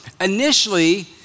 Initially